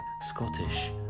scottish